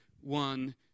one